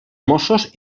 mossos